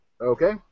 Okay